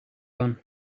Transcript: gun